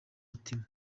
mutima